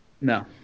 No